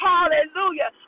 Hallelujah